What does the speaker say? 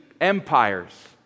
empires